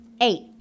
eight